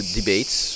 debates